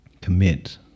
Commit